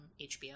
HBO